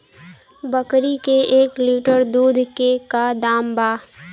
बकरी के एक लीटर दूध के का दाम बा?